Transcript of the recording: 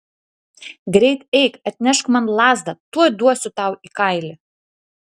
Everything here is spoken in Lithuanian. greit eik atnešk man lazdą tuoj duosiu tau į kailį